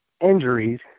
injuries